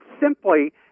simply